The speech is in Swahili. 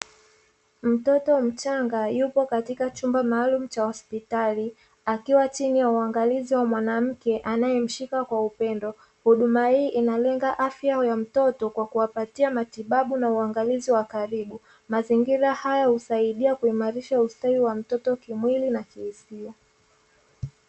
Mtoto mchanga yupo katika chombo maalumu cha hospitali akiwa chini ya uangalizi wa mwanamke anayemshika kwa upendo, huduma hii inalenga afya ya huyo mtoto kwa kuwapatia matibabu na uangalizi wa karibu, mazingira haya husaidia kuimarisha ustawi wa mtoto kimwili na kihisia.